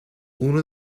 uno